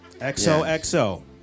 XOXO